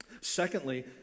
Secondly